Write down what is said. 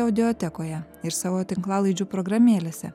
audiotekoje ir savo tinklalaidžių programėlėse